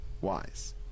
wise